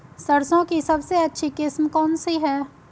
सरसों की सबसे अच्छी किस्म कौन सी है?